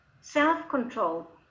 self-control